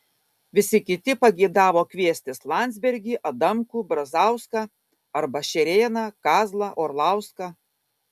visi kiti pageidavo kviestis landsbergį adamkų brazauską arba šerėną kazlą orlauską